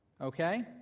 Okay